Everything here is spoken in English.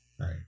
Right